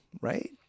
right